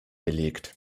belegt